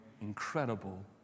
incredible